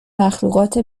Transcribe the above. مخلوقات